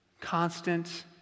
constant